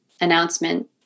announcement